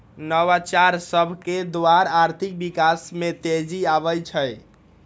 नवाचार सभकेद्वारा आर्थिक विकास में तेजी आबइ छै